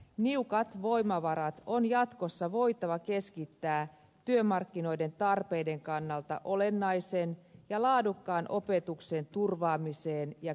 niukat voimavarat on jatkossa voitava keskittää työmarkkinoiden tarpeiden kannalta olennaisen ja laadukkaan opetuksen turvaamiseen ja kehittämiseen